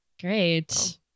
Great